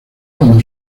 cuando